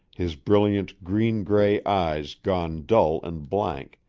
his brilliant, green-gray eyes gone dull and blank,